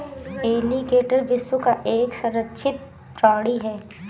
alligator विश्व का एक संरक्षित प्राणी है